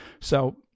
So-